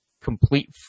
complete